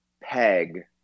peg